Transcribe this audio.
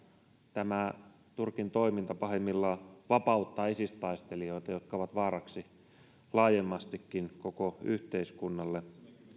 tämä turkin toiminta pahimmillaan vapauttaa isis taistelijoita jotka ovat vaaraksi laajemmastikin koko yhteiskunnalle